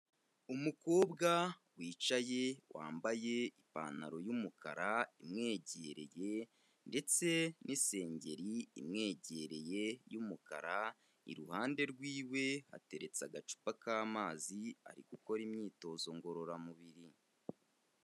Umukobwa wicaye, wambaye ipantaro y'umukara imwegereye, ndetse n'isengeri imwegereye y'umukara, iruhande rw'iwe hateretse agacupa k'amazi, ari gukora imyitozo ngororamubiri.